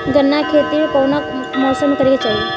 गन्ना के खेती कौना मौसम में करेके चाही?